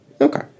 Okay